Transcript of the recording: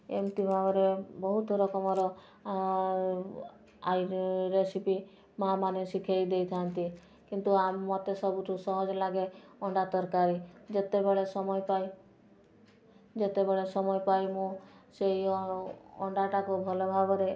ଏମତି ଭାବରେ ବହୁତ ରକମର ରେସିପି ମାଆମାନେ ଶିଖେଇ ଦେଇଥାନ୍ତି କିନ୍ତୁ ମୋତେ ସବୁଠୁ ସହଜ ଲାଗେ ଅଣ୍ଡା ତରକାରୀ ଯେତେବେଳେ ସମୟ ପାଏ ଯେତେବେଳେ ସମୟ ପାଏ ମୁଁ ସେଇ ଅଣ୍ଡାଟାକୁ ଭଲ ଭାବରେ